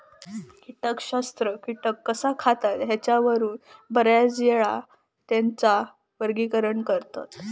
कीटकशास्त्रज्ञ कीटक कसा खातत ह्येच्यावरून बऱ्याचयेळा त्येंचा वर्गीकरण करतत